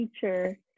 teacher